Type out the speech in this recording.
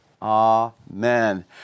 Amen